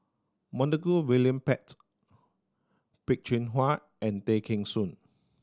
Montague William Pett Peh Chin Hua and Tay Kheng Soon